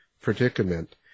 predicament